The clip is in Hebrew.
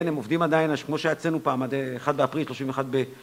הם עובדים עדיין, כמו שהיה אצלנו פעם, עד 1 באפריל, 31 ב...